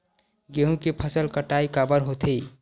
गेहूं के फसल कटाई काबर होथे?